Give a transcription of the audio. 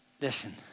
Listen